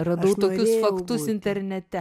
radau tokius faktus internete